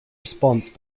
response